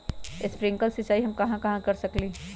Sprinkle सिंचाई हम कहाँ कहाँ कर सकली ह?